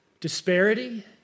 Disparity